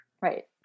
Right